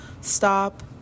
stop